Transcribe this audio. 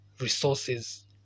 resources